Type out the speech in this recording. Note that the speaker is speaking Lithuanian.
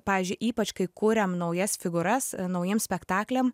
pavyzdžiui ypač kai kuriam naujas figūras naujiem spektakliam